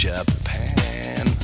Japan